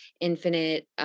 infinite